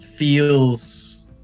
Feels